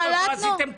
לא עשיתם כלום.